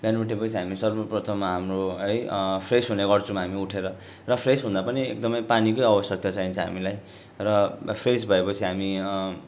बिहान उठेपछि हामी सर्वप्रथम हाम्रो है फ्रेस हुने गर्छौँ हामी उठेर र फ्रेस हुँदा पनि एकदमै पानीकै आवश्यकता चाहिन्छ हामीलाई र फ्रेस भएपछि हामी